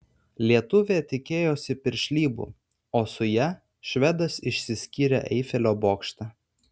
lietuvė tikėjosi piršlybų o su ja švedas išsiskyrė eifelio bokšte